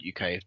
UK